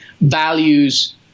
values